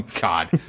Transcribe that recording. God